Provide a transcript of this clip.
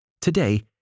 Today